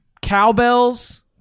cowbells